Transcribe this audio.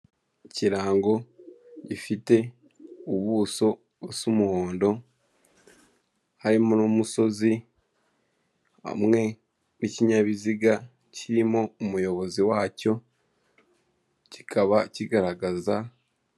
Ikirango gifite ubuso busa umuhondo, harimo n'umusozi w'ikinyabiziga, kirimo umuyobozi wacyo, kikaba kigaragaza.